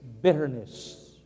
bitterness